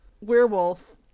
werewolf